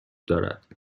دارد